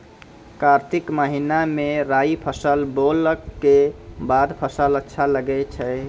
कार्तिक महीना मे राई फसल बोलऽ के बाद फसल अच्छा लगे छै